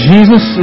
Jesus